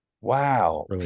Wow